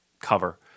cover